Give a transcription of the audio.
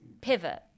pivot